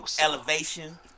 elevation